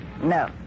No